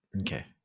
okay